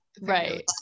Right